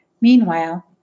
Meanwhile